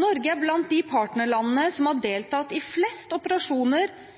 Norge er blant de partnerlandene som har deltatt i flest operasjoner